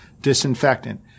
disinfectant